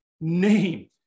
name